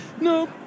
no